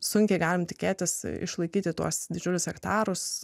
sunkiai galime tikėtis išlaikyti tuos didžiulius hektarus